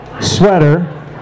sweater